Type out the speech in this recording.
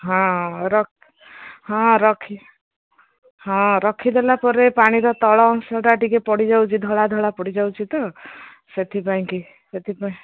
ହଁ ହଁ ରଖି ହଁ ରଖିଦେଲା ପରେ ପାଣିର ତଳ ଅଂଶଟା ଟିକେ ପଡ଼ିଯାଉଛି ଧଳା ଧଳା ପଡ଼ିଯାଉଛି ତ ସେଥିପାଇଁ କିି ସେଥିପାଇଁ